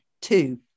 two